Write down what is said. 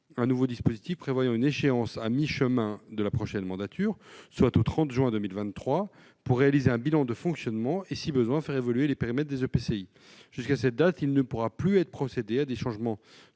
un nouveau dispositif prévoyant une échéance à mi-chemin de la prochaine mandature, au 30 juin 2023, pour réaliser un bilan de fonctionnement et, si besoin, faire évoluer les périmètres des EPCI. Jusqu'à cette date, il ne pourra plus être procédé à des changements